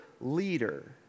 leader